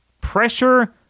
Pressure